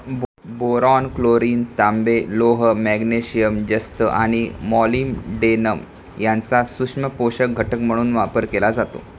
boron, chlorine, तांबे, लोह, magnesium, जस्त आणि मॉलिब्डेनम यांचा सूक्ष्म पोषक घटक म्हणून वापर केला जातो